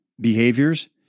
behaviors